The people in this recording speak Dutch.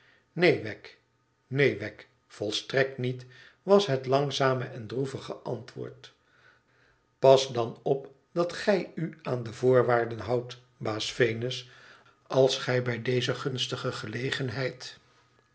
wegg neen wegg volstrekt niet was het langzame en droevige antwoord pas dan op dat gij u aan de voorwaarden houdt baas venus als gij bij deze gunstige gelegenheid